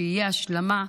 שיהיה השלמה,